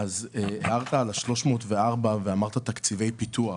דיברת על ה-304 מיליון שקלים ואמרת תקציבי פיתוח.